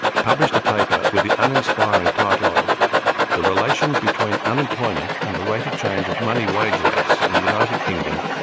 published a paper with the uninspiring title of the relations between unemployment and the rate of change of money wage rates in the united kingdom,